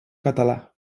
català